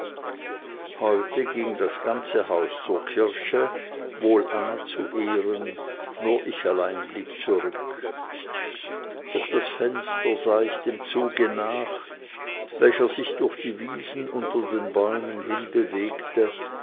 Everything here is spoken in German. heute ging das ganze haus zur kirche wohl anna zu ehren und nur ich allein blieb zurück durch das fenster sah ich dem zuge nach welcher sich durch die wiesen unter den bäumen hinbewegte